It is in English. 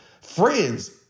Friends